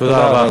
תודה רבה,